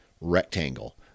rectangle